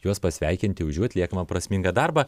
juos pasveikinti už jų atliekamą prasmingą darbą